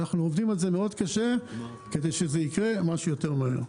אנחנו עובדים על זה מאוד קשה כדי שזה יקרה כמה שיותר מהר.